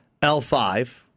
L5